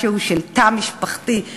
משהו של תא משפחתי,